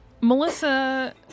Melissa